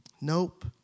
Nope